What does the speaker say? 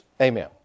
Amen